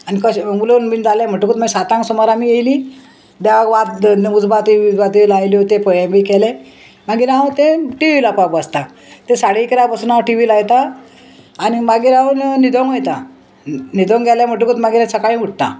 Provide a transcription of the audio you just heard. आनी कशें उलोवन बीन जालें म्हणटकूत मागीर सातांक सुमार आमी येयली देवाक वात उजबाती बिजवात्यो लायल्यो ते पळय बी केले मागीर हांव तें टी वी लावपाक बसतां ते साडे एकरा पासून हांव टी वी लायतां आनी मागीर हांव निदोंग वयतां न्हिदोंग गेले म्हणटकूच मागीर तें सकाळीं उठता